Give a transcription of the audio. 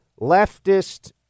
leftist